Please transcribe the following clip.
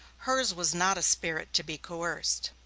hers was not a spirit to be coerced.